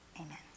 Amen